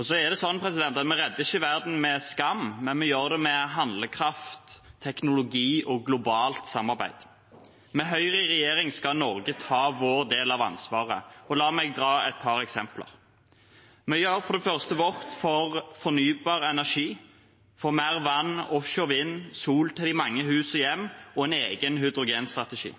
Så er det slik at vi redder ikke verden med skam, men vi gjør det med handlekraft, teknologi og globalt samarbeid. Med Høyre i regjering skal Norge ta vår del av ansvaret. La meg dra et par eksempler. Vi gjør for det første vårt for fornybar energi, for mer vann, offshore vind, sol til de mange hus og hjem og en egen hydrogenstrategi.